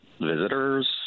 visitors